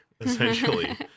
essentially